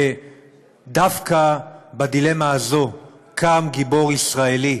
ודווקא בדילמה הזאת קם גיבור ישראלי,